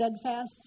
steadfast